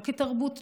לא כתרבות,